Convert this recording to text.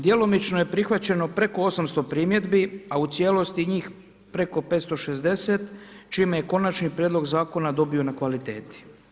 Djelomično je prihvaćeno preko 800 primjedbi a u cijelosti njih preko 560 čime je konačni prijedlog zakona dobio na kvaliteti.